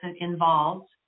involved